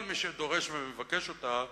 כל מי שדורש ומבקש אותה.